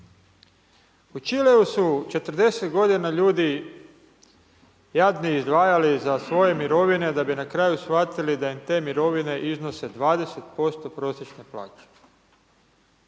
U Čileu su 40 godina ljudi jadni izdvajali za svoje mirovine da bi na kraju shvatili da im te mirovine iznose 20% prosječne plaće.